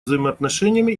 взаимоотношениями